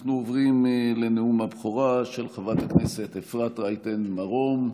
אנחנו עוברים לנאום הבכורה של חברת הכנסת אפרת רייטן מרום.